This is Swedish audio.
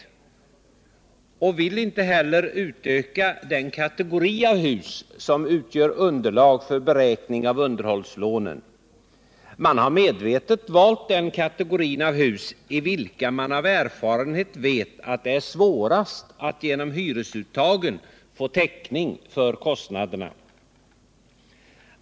Utskottet vill inte heller utöka den kategori av hus som utgör underlag för beräkning av underhållslånen. Man har här medvetet valt den kategori av hus där man av erfarenhet vet att det är svårt att genom hyresuttag få täckning för kostnaderna.